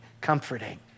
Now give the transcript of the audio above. comforting